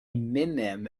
mimim